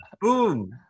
Boom